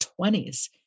20s